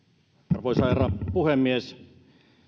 arvoisa herra puhemies